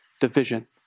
division